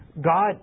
God